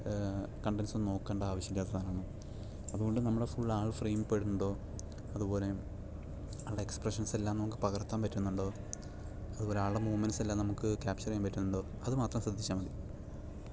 കണ്ടൻസും നോക്കണ്ട ആവശ്യമില്ലാത്ത സാധനമാണ് അതുകൊണ്ട് നമ്മൾ ഫുൾ ആൾ ഫ്രെയിം പെടുന്നുണ്ടോ അതുപോലെ ആളുടെ എക്സ്സ്പ്രെഷൻസ് എല്ലാം നമുക്ക് പകർത്താൻ പറ്റുന്നുണ്ടോ അതുപോലെ ആളുടെ മൂവ്മെന്റ്സ് എല്ലാം നമുക്ക് ക്യാപ്ചർ ചെയ്യാൻ പറ്റുന്നുണ്ടോ അതുമാത്രം ശ്രദ്ധിച്ചാൽ മതി